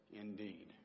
indeed